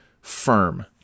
Firm